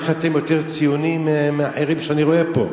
איך אתם יותר ציונים מאחרים שאני רואה פה?